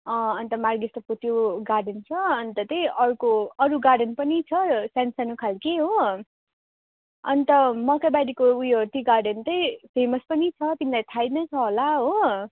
अँ अन्त माग्रेट्स होपको त्यो गार्डन छ अन्त चाहिँ अर्को अरू गार्डन पनि छ स्यानो स्यानो खालको हो अन्त मकैबारीको उयो टी गार्डन चाहिँ फेमस पनि छ तिमीलाई थाहै नै छ होला हो